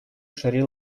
шри